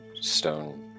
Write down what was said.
stone